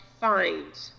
find